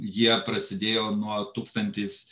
jie prasidėjo nuo tūkstantis